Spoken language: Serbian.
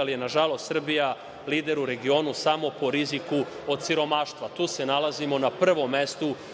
ali je nažalost Srbija lider u regionu samo po riziku od siromaštva. Tu se nalazimo na prvom mestu u